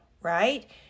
right